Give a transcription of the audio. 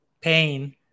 pain